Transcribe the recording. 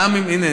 הינה,